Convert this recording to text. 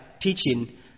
teaching